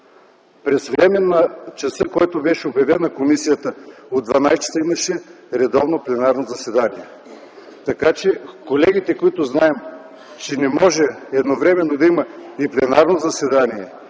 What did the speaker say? по време на часа, за който беше обявена комисията – от 12,00, имаше редовно пленарно заседание. Колегите, които знаем, че не може едновременно да има и пленарно заседание,